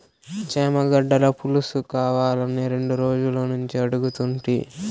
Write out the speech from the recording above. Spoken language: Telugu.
చేమగడ్డల పులుసుకావాలని రెండు రోజులనుంచి అడుగుతుంటి